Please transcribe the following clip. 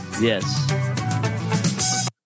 Yes